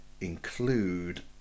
include